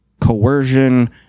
coercion